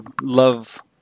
love